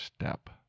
step